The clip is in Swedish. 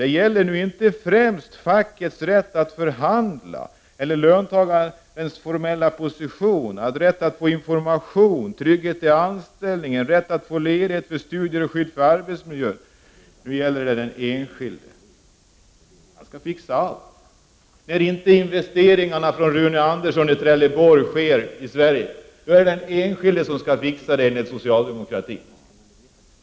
Det gäller nu inte främst fackets rätt att förhandla eller löntagarnas formella position, rätt att få information, rätt till trygghet i anställningen, rätt att få ledighet för studier och skydd för arbetsmiljön — nu gäller det den enskilde. Den enskilde skall fixa allt. När Rune Anderssons i Trelleborg investeringar inte sker i Sverige skall den enskilde fixa det, enligt socialdemokratin!